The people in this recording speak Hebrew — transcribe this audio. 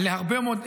להרבה מאוד,